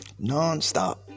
nonstop